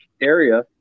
area